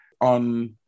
on